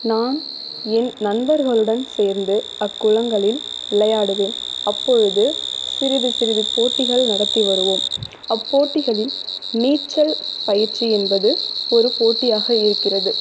நான் என் நண்பர்களுடன் சேர்ந்து அக்குளங்களில் விளையாடுவேன் அப்பொழுது சிறிது சிறிது போட்டிகள் நடத்தி வருவோம் அப்போட்டிகளில் நீச்சல் பயிற்சி என்பது ஒரு போட்டியாக இருக்கிறது